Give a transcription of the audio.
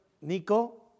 Nico